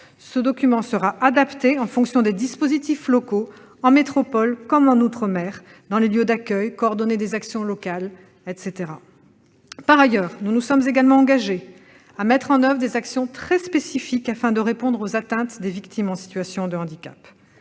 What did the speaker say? Ce document sera adapté aux dispositifs locaux, en métropole comme en outre-mer, dans les lieux d'accueil, en coordonnant, par exemple, des actions locales. Par ailleurs, nous nous sommes également engagés à mettre en oeuvre des actions très spécifiques, afin de répondre aux attentes des victimes en situation de handicap.